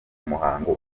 muhango